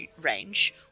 range